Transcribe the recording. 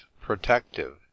protective